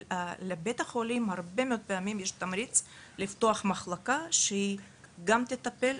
אבל לבית החולים הרבה מאוד פעמים יש תמריץ לפתוח מחלקה שהיא גם תטפל,